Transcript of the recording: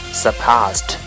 surpassed